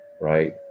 right